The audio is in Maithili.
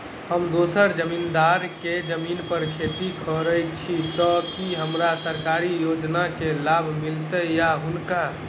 हम दोसर जमींदार केँ जमीन पर खेती करै छी तऽ की हमरा सरकारी योजना केँ लाभ मीलतय या हुनका?